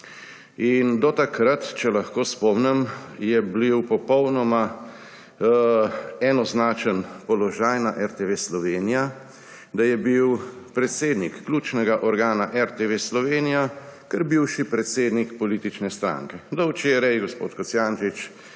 Do takrat, če lahko spomnim, je bil popolnoma enoznačen položaj na RTV Slovenija, da je bil predsednik ključnega organa RTV Slovenija kar bivši predsednik politične stranke. Do včeraj gospod Kocjančič